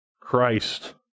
Christ